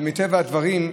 אבל מטבע הדברים,